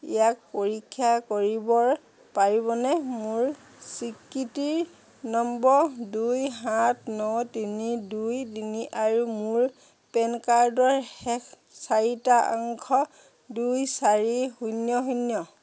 ইয়াক পৰীক্ষা কৰিব পাৰিবনে মোৰ স্বীকৃতি নম্বৰ দুই সাত ন তিনি দুই তিনি আৰু মোৰ পেন কাৰ্ড শেষৰ চাৰিটা অংশ দুই চাৰি শূন্য শূন্য